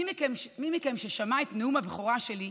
מי מכם ששמע את נאום הבכורה שלי,